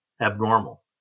abnormal